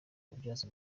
kubyaza